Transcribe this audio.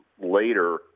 later